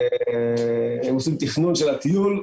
ועושים תכנון של הטיול.